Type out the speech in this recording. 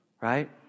right